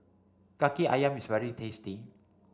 Kaki Ayam is very tasty